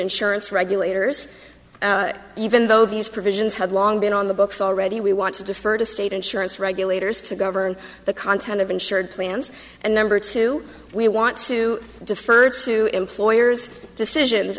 insurance regulators even though these provisions had long been on the books already we want to defer to state insurance regulators to govern the content of insured plans and number two we want to defer to employers decisions